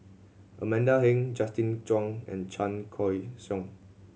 Amanda Heng Justin Zhuang and Chan Choy Siong